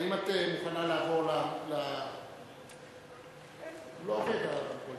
האם את מוכנה לעבור, הוא לא עובד, הרמקול